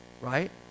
right